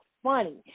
funny